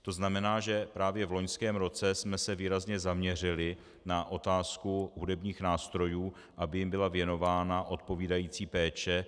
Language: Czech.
To znamená, že právě v loňském roce jsme se výrazně zaměřili na otázku hudebních nástrojů, aby jim byla věnována odpovídající péče.